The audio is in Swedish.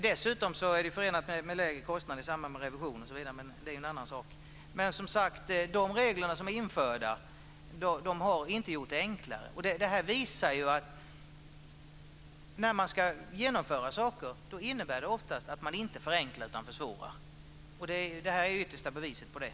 Dessutom är det förenat med lägre kostnader i samband med revisionen, men det är en annan sak. Som sagt, de regler som är införda har inte gjort det enklare. Det här visar att när man ska genomföra saker innebär det oftast att man inte förenklar utan försvårar. Det här är yttersta beviset på det.